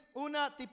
una